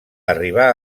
arribar